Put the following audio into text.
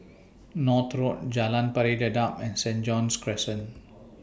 North Road Jalan Pari Dedap and Saint John's Crescent